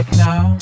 now